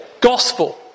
gospel